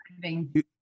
driving